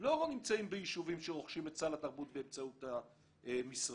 לא נמצאים ביישובים שרוכשים את סל התרבות באמצעות המשרד.